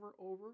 over